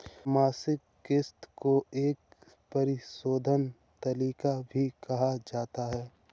मासिक किस्त को एक परिशोधन तालिका भी कहा जाता है